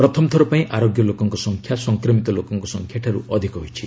ପ୍ରଥମଥର ପାଇଁ ଆରୋଗ୍ୟ ଲୋକଙ୍କ ସଂଖ୍ୟା ସଂକ୍ରମିତ ଲୋକଙ୍କ ସଂଖ୍ୟାଠାର୍ଚ ଅଧିକ ହୋଇଛି